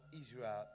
Israel